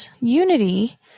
unity